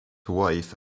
wife